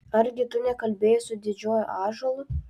argi tu nekalbėjai su didžiuoju ąžuolu